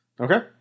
Okay